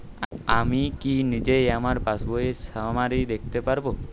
আমি কি নিজেই আমার পাসবইয়ের সামারি দেখতে পারব?